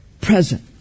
present